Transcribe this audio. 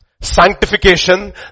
sanctification